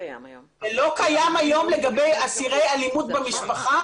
לא קיים היום לגבי אסירי אלימות במשפחה.